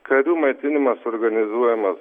karių maitinimas organizuojama